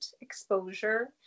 exposure